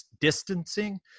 distancing